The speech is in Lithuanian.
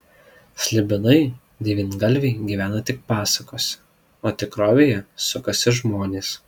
slibinai devyngalviai gyvena tik pasakose o tikrovėje sukasi žmonės